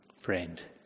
Friend